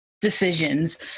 decisions